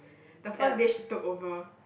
the first day she took over